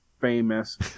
famous